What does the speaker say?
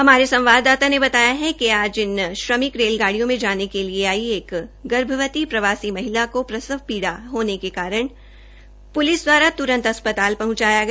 हमारे संवाददाता ने बतायािक आज इन श्रमिक रेलगाडियों में जाने लिए आई एक महिला गर्भवती प्रवासी महिला को प्रसवपीड़ा होने के कारण पुलिस द्वारा तुरंत अस्पताल पहुंचाया गया